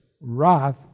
wrath